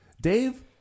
Dave